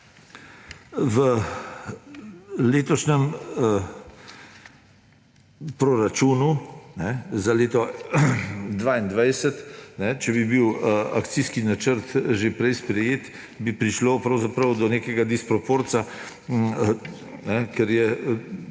V letošnjem proračunu za leto 2022, če bi bil akcijski načrt že prej sprejet, bi prišlo pravzaprav do nekega disproporca, ker je